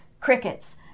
crickets